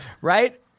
Right